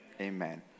amen